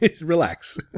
Relax